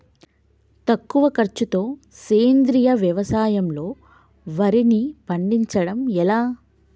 తక్కువ ఖర్చుతో సేంద్రీయ వ్యవసాయంలో వారిని పండించడం ఎలా?